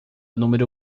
número